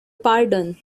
pardon